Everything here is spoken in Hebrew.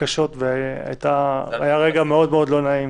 קשות והיה רגע מאוד לא נעים